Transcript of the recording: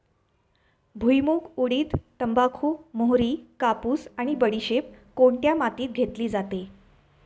भुईमूग, उडीद, तंबाखू, मोहरी, कापूस आणि बडीशेप कोणत्या मातीत घेतली जाते?